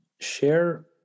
Share